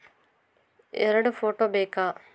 ಎರಡು ಫೋಟೋ ಬೇಕಾ?